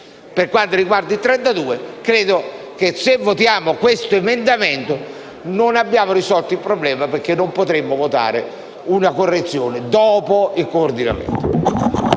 Per quanto riguarda l'articolo 32, credo che se votiamo questo emendamento non abbiamo risolto il problema, perché non potremo votare una correzione dopo il coordinamento.